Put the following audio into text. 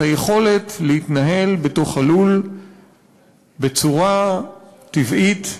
את היכולת להתנהל בתוך הלול בצורה טבעית,